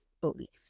beliefs